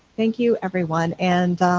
thank you, everyone. and